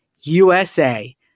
USA